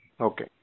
okay